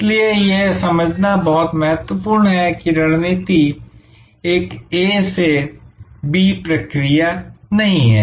इसलिए यह समझना बहुत महत्वपूर्ण है कि रणनीति एक A से B प्रक्रिया नहीं है